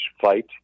fight